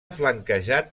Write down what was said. flanquejat